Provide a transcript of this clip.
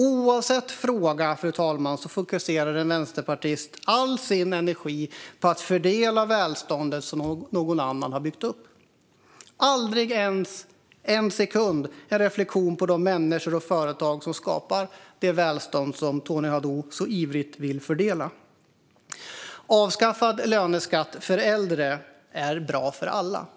Oavsett fråga, fru talman, fokuserar en vänsterpartist all sin energi på att fördela det välstånd som någon annan har byggt upp. Aldrig ägnas ens en sekund åt reflektion över de människor och företag som skapar det välstånd som Tony Haddou så ivrigt vill fördela. Avskaffad löneskatt för äldre är bra för alla.